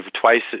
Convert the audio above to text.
twice